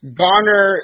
garner